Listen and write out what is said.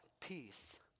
peace